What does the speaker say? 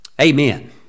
Amen